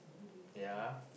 ya